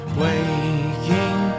waking